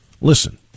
Listen